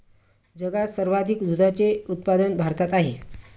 जगात सर्वाधिक दुधाचे उत्पादन भारतात आहे